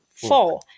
Four